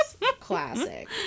Classic